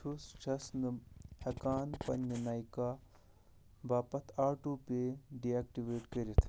بہٕ چھُس چھَس نہٕ ہٮ۪کان پننہِ نایکا باپتھ آٹو پے ڈِایکٹویٹ کٔرِتھ